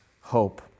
hope